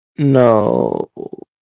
No